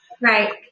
Right